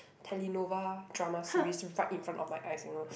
Telenova drama series right in front of my eyes you know